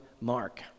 Mark